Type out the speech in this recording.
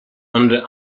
under